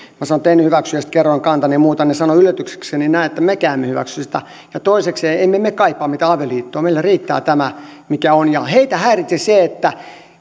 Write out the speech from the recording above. että en hyväksy ja sitten kerroin kantani ja muuta he sanoivat yllätyksekseni näin että mekään emme hyväksy sitä ja toisekseen emme me kaipaa mitään avioliittoa meille riittää tämä mikä on heitä häiritsi se että